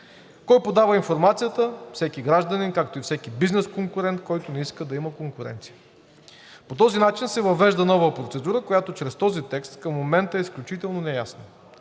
Кой подава информацията? Всеки гражданин, както и всеки бизнес конкурент, който не иска да има конкуренция. По този начин се въвежда нова процедура, която чрез този текст към момента е изключително неясна.